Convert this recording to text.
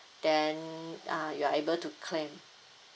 then uh you are able to claim